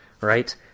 right